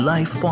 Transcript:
Life